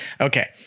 Okay